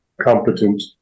competent